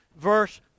verse